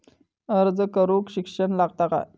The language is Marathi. अर्ज करूक शिक्षण लागता काय?